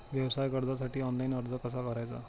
व्यवसाय कर्जासाठी ऑनलाइन अर्ज कसा भरायचा?